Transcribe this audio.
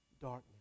darkness